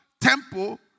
temple